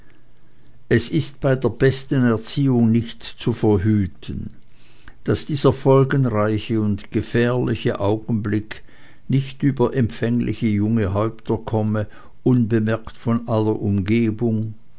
es ist bei der besten erziehung nicht zu verhüten daß dieser folgenreiche und gefährliche augenblick nicht über empfängliche junge häupter komme unbemerkt von aller umgebung